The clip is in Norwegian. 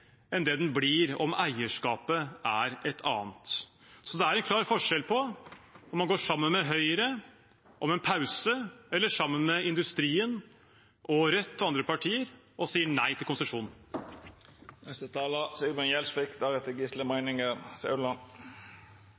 enn det den blir om eierskapet er et annet. Så det er en klar forskjell på om man går sammen med Høyre om en pause, eller sammen med industrien, Rødt og andre partier og sier nei til